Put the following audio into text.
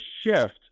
shift